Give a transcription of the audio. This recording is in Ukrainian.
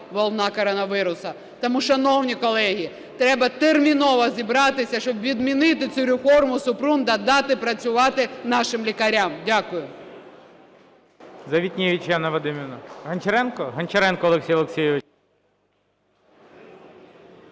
волна коронавірусу. Тому, шановні колеги, треба терміново зібратися, щоб відмінити цю реформу Супрун та дати працювати нашим лікарям. Дякую.